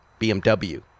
BMW